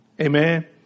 Amen